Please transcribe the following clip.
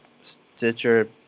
stitcher